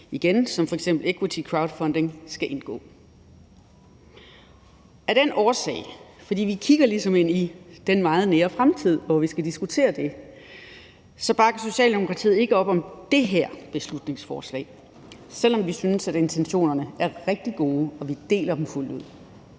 som f.eks. equity crowdfunding skal indgå. Af den årsag, og fordi vi ligesom kigger ind i den meget nære fremtid, hvor vi skal diskutere det, bakker Socialdemokratiet ikke op om det her beslutningsforslag, selv om vi synes, at intentionerne er rigtig gode, og vi deler dem fuldt ud.